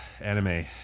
anime